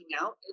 out